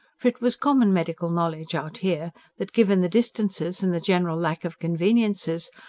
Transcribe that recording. for it was common medical knowledge out here that, given the distances and the general lack of conveniences,